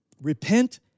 Repent